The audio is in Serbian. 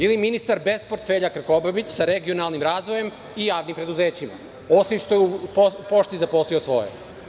Ili ministar bez portfelja Krkobabić sa regionalnim razvojem i javnim preduzećima, osim što je u „Pošti“ zaposlio svoje?